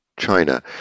China